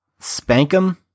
Spank'Em